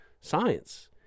science